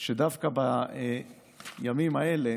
שדווקא בימים האלה